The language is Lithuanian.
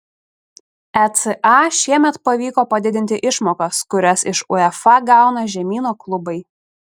eca šiemet pavyko padidinti išmokas kurias iš uefa gauna žemyno klubai